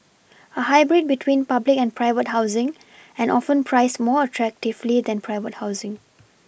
a hybrid between public and private housing and often priced more attractively than private housing